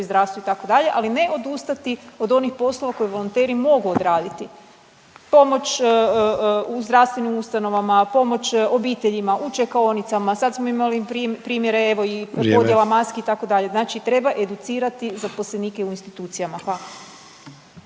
zdravstvu, itd., ali ne odustati od onih poslova koje volonteri mogu odraditi. Pomoć u zdravstvenim ustanovama, pomoć obiteljima, u čekaonicama, sad smo imali primjere, evo i .../Upadica: Vrijeme./... podjela maski, itd. Znači treba educirati zaposlenike u institucijama. Hvala.